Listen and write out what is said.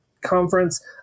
conference